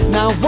Now